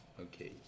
Okay